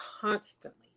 constantly